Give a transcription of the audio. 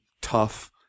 tough